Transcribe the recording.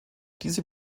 diese